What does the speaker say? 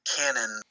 canon